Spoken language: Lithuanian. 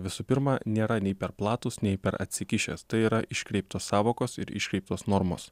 visų pirma nėra nei per platūs nei per atsikišęs tai yra iškreiptos sąvokos ir iškreiptos normos